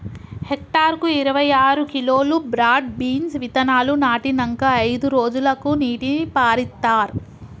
hectare కు ఇరవై ఆరు కిలోలు బ్రాడ్ బీన్స్ విత్తనాలు నాటినంకా అయిదు రోజులకు నీటిని పారిత్తార్